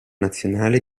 nazionale